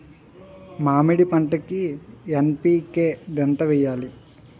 మామిడి పంటకి ఎన్.పీ.కే ఎంత వెయ్యాలి?